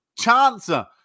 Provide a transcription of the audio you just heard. chancer